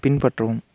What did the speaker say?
பின்பற்றவும்